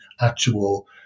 actual